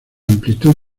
amplitud